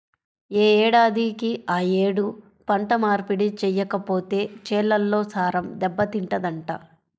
యే ఏడాదికి ఆ యేడు పంట మార్పిడి చెయ్యకపోతే చేలల్లో సారం దెబ్బతింటదంట